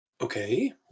Okay